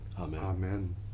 amen